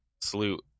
salute